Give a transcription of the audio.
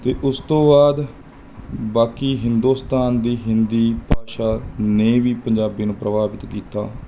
ਅਤੇ ਉਸ ਤੋਂ ਬਾਅਦ ਬਾਕੀ ਹਿੰਦੁਸਤਾਨ ਦੀ ਹਿੰਦੀ ਭਾਸ਼ਾ ਨੇ ਵੀ ਪੰਜਾਬੀ ਨੂੰ ਪ੍ਰਭਾਵਿਤ ਕੀਤਾ